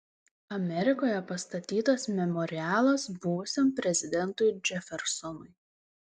amerikoje pastatytas memorialas buvusiam prezidentui džefersonui